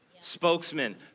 Spokesman